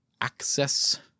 Access